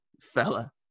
fella